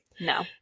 No